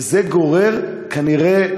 וזה גורר כנראה,